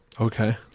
Okay